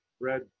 red